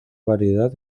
variedad